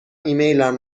ایمیلم